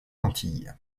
antilles